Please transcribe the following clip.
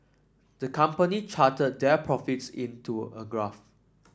the company charted their profits in to a graph